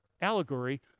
allegory